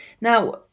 Now